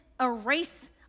erase